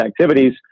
activities